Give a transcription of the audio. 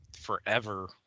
forever